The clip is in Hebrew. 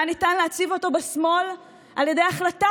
והיה ניתן להציב אותו בשמאל על ידי החלטה